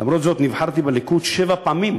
למרות זאת, נבחרתי בליכוד שבע פעמים,